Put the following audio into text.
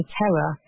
terror